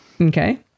Okay